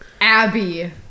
Abby